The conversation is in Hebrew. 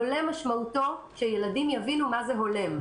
הולם משמעותו שילדים יבינו מה זה הולם.